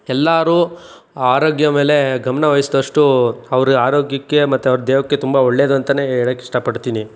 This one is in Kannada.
ಎಲ್ಲರು ಆರೋಗ್ಯ ಮೇಲೆ ಗಮನವಹಿಸಿದಷ್ಟು ಅವರ ಆರೋಗ್ಯಕ್ಕೆ ಮತ್ತೆ ಅವರ ದೇಹಕ್ಕೆ ತುಂಬ ಒಳ್ಳೆಯದು ಅಂತಲೇ ಹೇಳೋಕ್ಕೆ ಇಷ್ಟಪಡ್ತೀನಿ